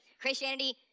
Christianity